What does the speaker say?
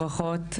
ברכות,